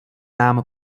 nám